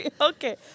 Okay